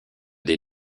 des